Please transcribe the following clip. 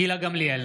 גילה גמליאל